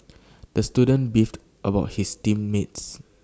the student beefed about his team mates